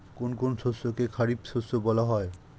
কোন কোন শস্যকে খারিফ শস্য বলা হয়?